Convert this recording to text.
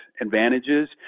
advantages